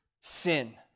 sin